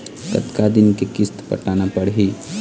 कतका दिन के किस्त पटाना पड़ही?